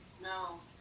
No